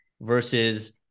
versus